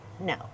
No